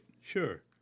Sure